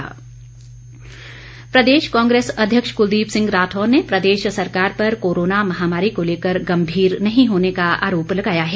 राठौर इस बीच प्रदेश कांग्रेस अध्यक्ष कुलदीप सिंह राठौर ने प्रदेश सरकार पर कोरोना महामारी को लेकर गम्भीर नहीं होने का आरोप लगाया है